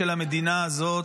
של המדינה הזאת,